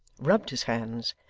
rubbed his hands,